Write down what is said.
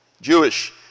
Jewish